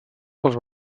pels